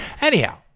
Anyhow